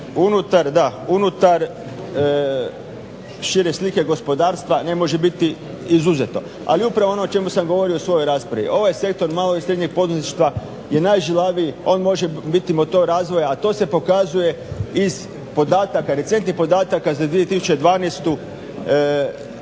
unutar šire slika gospodarstva ne može biti izuzetno. Ali upravo ono o čemu sam govorio u svojoj raspravi, ovaj sektor malog i srednjeg poduzetništva je najžilaviji, on može biti motor razvoja, a to se pokazuje iz podataka, recentnih podataka za 2012. HAMAG